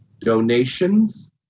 donations